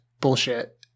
bullshit